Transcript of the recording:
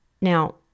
Now